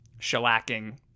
shellacking